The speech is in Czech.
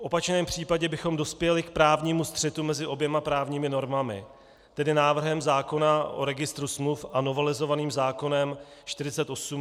V opačném případě bychom dospěli k právnímu střetu mezi oběma právními normami, tedy návrhem zákona o Registru smluv a novelizovaným zákonem č. 48/1997 Sb.